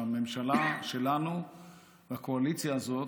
שהממשלה שלנו והקואליציה הזאת,